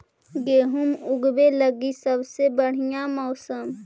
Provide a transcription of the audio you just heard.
गेहूँ ऊगवे लगी सबसे बढ़िया मौसम?